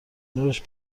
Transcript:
نورش